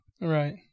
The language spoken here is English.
Right